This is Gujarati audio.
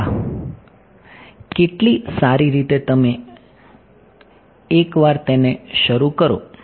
અરે વાહ કેટલી સારી રીતે તમે એકવાર તેને શરુ કરો